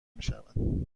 میشوند